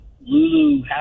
Lulu